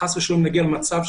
וחס ושלום נגיע למצב,